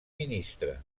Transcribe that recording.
ministre